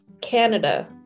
Canada